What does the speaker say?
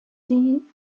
sie